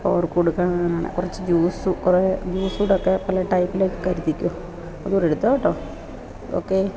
അപ്പോള് അവർക്ക് കൊടുക്കാനാണ് കുറച്ച് ജ്യൂസും കുറേ ജൂസു കൂടെയൊക്കെ പല ടൈപ്പിലൊക്കെ കരുതിക്കോ അതുകൂടെ എടുത്തോട്ടോ ഓക്കേ